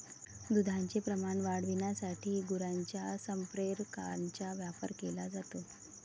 दुधाचे प्रमाण वाढविण्यासाठी गुरांच्या संप्रेरकांचा वापर केला जातो